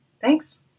Thanks